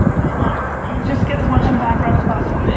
do we want just get as much in the background as possible.